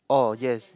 oh yes